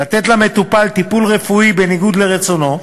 לתת למטופל טיפול רפואי בניגוד לרצונו,